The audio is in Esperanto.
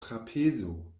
trapezo